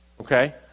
okay